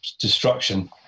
destruction